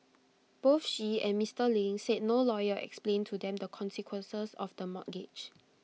both she and Mister Ling said no lawyer explained to them the consequences of the mortgage